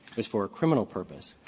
it was for a criminal purpose.